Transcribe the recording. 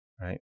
Right